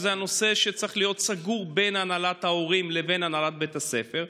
זה נושא שצריך להיות סגור בין הנהלת ההורים לבין הנהלת בית הספר.